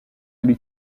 elle